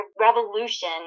revolution